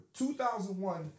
2001